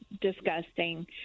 disgusting